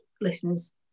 listeners